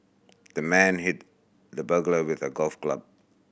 the man hit the burglar with a golf club